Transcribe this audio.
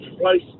place